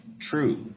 true